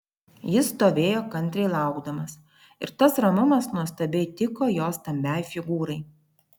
jis stovėjo kantriai laukdamas ir tas ramumas nuostabiai tiko jo stambiai figūrai